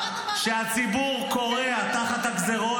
כשהציבור כורע תחת הגזרות,